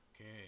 Okay